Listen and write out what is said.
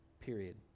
Period